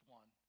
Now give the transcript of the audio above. one